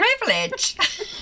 privilege